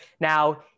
now